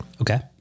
Okay